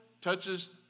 touches